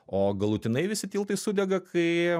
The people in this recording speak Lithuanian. o galutinai visi tiltai sudega kai